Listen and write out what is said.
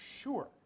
sure